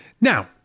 Now